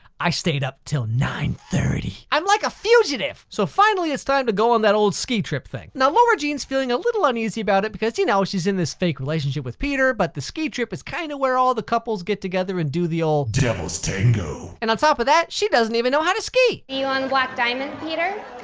i stayed up til nine thirty. i'm like a fugitive! so finally it's time to go on that old ski trip thing. now lara jean is feeling a little uneasy about it, because you know, she's in this fake relationship with peter but the ski trip is kind of where all the couples get together and do the old devil's tango and on top of that she doesn't even know how to ski! gen see you on black diamond, peter?